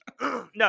no